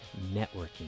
networking